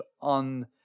on